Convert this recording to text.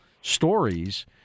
stories